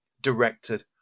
directed